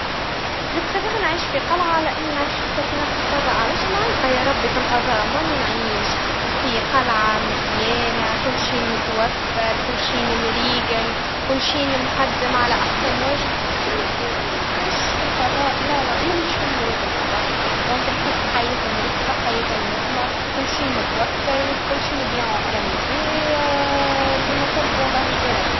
أنا بفضل اعيش في قلعا, على إني نعيش في سفينة فضاء, عليش معلقا يا ربي في الفضاء ماني نعيش, في قلعا مزيانا, كل شي متوفر, كل شي منريجل, كل شي مقدم على أحسن وجه, خير منإني نعيش في الفضاء, لا لا, أني منيش من هواة الفضاء, لذا نحب حياة مرتبا, حياة منظما, كل شي متوفر, كل شي نبي منظم, اللي نطلبه الله يبارك.